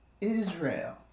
Israel